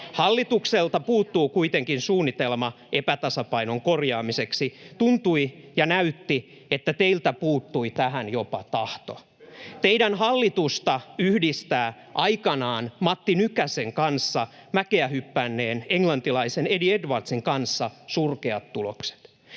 Hallitukselta puuttuu kuitenkin suunnitelma epätasapainon korjaamiseksi. Tuntui ja näytti, että teiltä puuttui tähän jopa tahto. Teidän hallitustanne yhdistää aikanaan Matti Nykäsen kanssa mäkeä hypänneen englantilaisen Eddie Edwardsin kanssa surkeat tulokset,